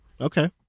Okay